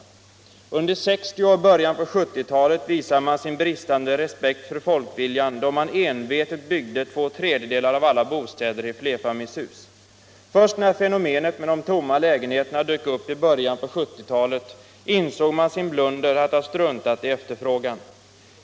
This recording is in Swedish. Under 1960-talet och i början av 1970-talet visade man sin bristande respekt för folkviljan då man envetct byggde två tredjedelar av alla bostäder i flerfamiljshus. Först när fenomenet med de tomma lägenheterna dök upp i början av 1970-talet insåg man sin blunder med att ha struntat i efterfrågan.